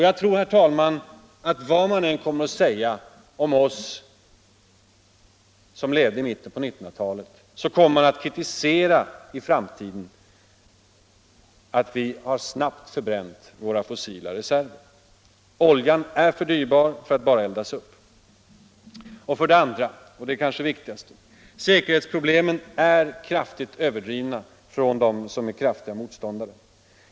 Jag tror, herr talman, att vad man i framtiden än kommer att säga om oss som levde under senare hälften av 1900-talet så kommer man att kritisera att vi snabbt förbrände våra fossila reserver. Oljan är för dyrbar för att bara eldas upp. 2. Säkerhetsproblemen har — och det är kanske det viktigaste — kraftigt överdrivits av motståndarna.